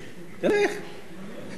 עניין של זמן.